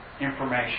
information